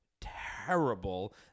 terrible